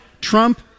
Trump